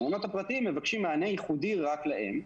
המעונות הפרטיים מבקשים מענה ייחודי רק להם,